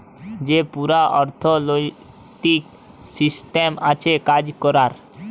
যে পুরা অথ্থলৈতিক সিসট্যাম আছে কাজ ক্যরার